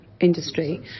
industry